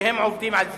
שהם עובדים על זה,